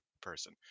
person